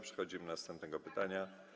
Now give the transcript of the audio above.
Przechodzimy do następnego pytania.